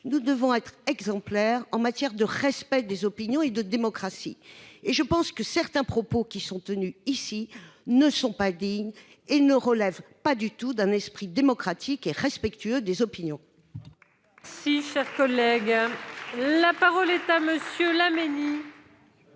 nous devons être exemplaires en matière de respect des opinions et de démocratie. Très bien ! Certains propos qui ont été tenus dans cet hémicycle ne sont pas dignes et ne relèvent pas du tout d'un esprit démocratique et respectueux des opinions.